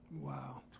Wow